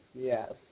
yes